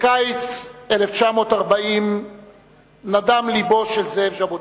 בקיץ 1940 נדם לבו של זאב ז'בוטינסקי.